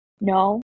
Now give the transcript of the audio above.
no